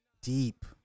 deep